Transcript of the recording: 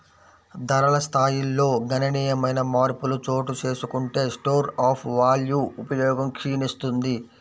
ధరల స్థాయిల్లో గణనీయమైన మార్పులు చోటుచేసుకుంటే స్టోర్ ఆఫ్ వాల్వ్ ఉపయోగం క్షీణిస్తుంది